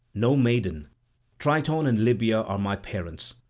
no maiden triton and libya are my parents.